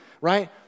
right